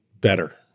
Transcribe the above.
better